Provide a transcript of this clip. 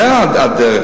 זו הדרך.